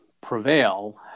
prevail